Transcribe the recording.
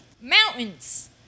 Mountains